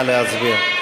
נא להצביע.